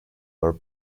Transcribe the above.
were